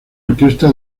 orquesta